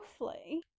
roughly